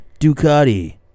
Ducati